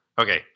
okay